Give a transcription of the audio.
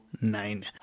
nine